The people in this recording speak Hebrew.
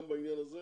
גם בעניין הזה